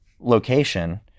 location